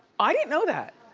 i didn't know that.